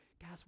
Guys